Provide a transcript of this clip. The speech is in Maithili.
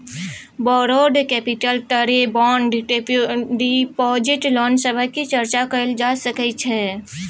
बौरोड कैपिटल तरे बॉन्ड डिपाजिट लोन सभक चर्चा कएल जा सकइ छै